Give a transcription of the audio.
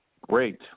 Great